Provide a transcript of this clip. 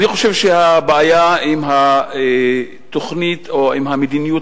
אני חושב שהבעיה עם התוכנית או עם המדיניות